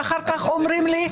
ואז אומרים לי שאסור.